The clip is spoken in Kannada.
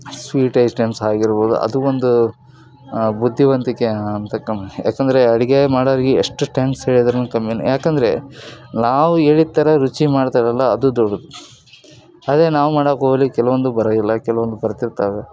ಸ್ವೀಟ್ ಐಟೇಮ್ಸ್ ಆಗಿರ್ಬೋದು ಅದು ಒಂದು ಬುದ್ಧಿವಂತಿಕೆ ಅಂತಕಂಥ ಯಾಕಂದರೆ ಅಡುಗೆ ಮಾಡೋರ್ಗೆ ಎಷ್ಟು ತ್ಯಾಂಕ್ಸ್ ಹೇಳಿದ್ರೂನು ಕಮ್ಮಿನೇ ಯಾಕಂದರೆ ನಾವು ಹೇಳಿದ್ ಥರ ರುಚಿ ಮಾಡ್ತಾರಲ್ಲ ಅದು ದೊಡ್ಡದು ಅದೇ ನಾವು ಮಾಡಕ್ಕೆ ಹೋಗ್ಲಿ ಕೆಲವೊಂದು ಬರೋಗಿಲ್ಲ ಕೆಲವೊಂದು ಬರ್ತಿರ್ತವೆ